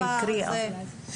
לכן אני כאן, ליישב את הפער הזה.